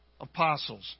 apostles